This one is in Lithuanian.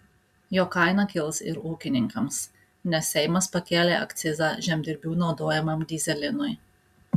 jo kaina kils ir ūkininkams nes seimas pakėlė akcizą žemdirbių naudojamam dyzelinui